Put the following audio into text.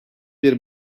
bir